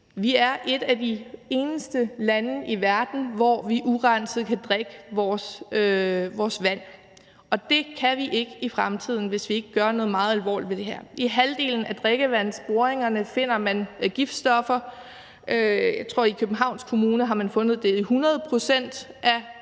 Vi er et af de eneste lande i verden, hvor vi kan drikke vores vand urenset, men det kan vi ikke i fremtiden, hvis ikke vi gør noget meget alvorligt ved det her. I halvdelen af drikkevandsboringerne finder man giftstoffer. Jeg tror, at man i Københavns Kommune har fundet det i 100 pct. af